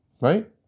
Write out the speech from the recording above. right